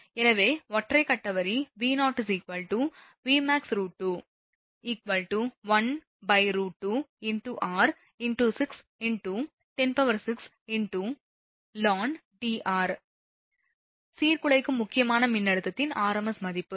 எனவே ஒற்றை கட்ட வரி V0 Vmax√2 1√2 × r × 6 × 106 × ln Dr க்கான சீர்குலைக்கும் முக்கியமான மின்னழுத்தத்தின் rms மதிப்பு